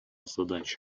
задача